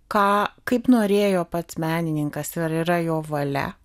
ką kaip norėjo pats menininkas ar yra jo valia